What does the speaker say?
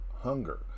hunger